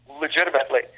legitimately